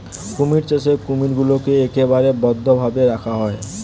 কুমির চাষে কুমিরগুলোকে একেবারে বদ্ধ ভাবে রাখা হয়